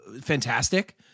Fantastic